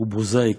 ובזי יקלו'.